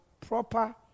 proper